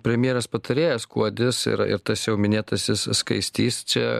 premjerės patarėjas skuodis ir ir tas jau minėtasis skaistys čia